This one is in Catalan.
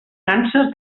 càncer